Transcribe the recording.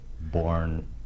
born